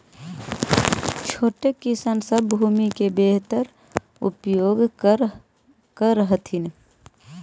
छोटे किसान सब भूमि के बेहतर उपयोग कर हथिन